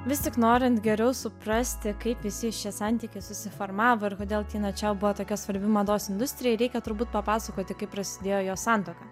vis tik norint geriau suprasti kaip visi šie santykiai susiformavo ir kodėl tina čiau buvo tokia svarbi mados industrijai reikia turbūt papasakoti kaip prasidėjo jos santuoka